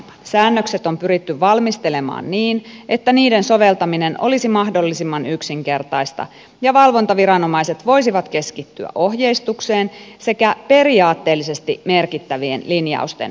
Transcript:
säännökset on pyritty valmistelemaan niin että niiden soveltaminen olisi mahdollisimman yksinkertaista ja valvontaviranomaiset voisivat keskittyä ohjeistukseen sekä periaatteellisesti merkittävien linjausten valvontaan